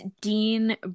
Dean